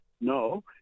No